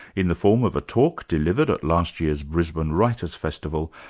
in the form of a talk delivered at last year's brisbane writers' festival,